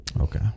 Okay